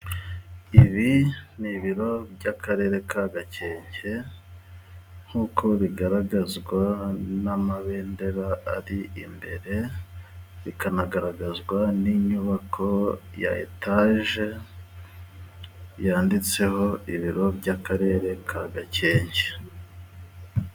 Ibi ni ibiro by'Akarere ka Gakenke, nk'uko bigaragazwa n'amabendera ari imbere, bikanagaragazwa n'inyubako ya etaje yanditseho: ibiro by'Akarere ka Gakenke.